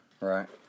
Right